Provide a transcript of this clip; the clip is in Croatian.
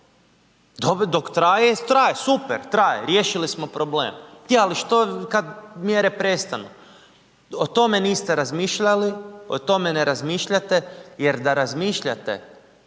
traje, super, traje, riješili smo problem. Je, ali što kad mjere prestanu? O tome niste razmišljali, o tome ne razmišljate jer da razmišljate